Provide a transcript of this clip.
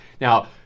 Now